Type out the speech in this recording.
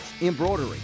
embroidery